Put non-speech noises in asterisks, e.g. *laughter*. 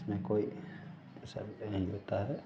इसमें कोई *unintelligible* नहीं होता है